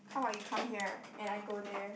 how about you come here and I go there